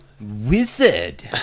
Wizard